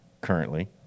currently